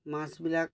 মাছবিলাক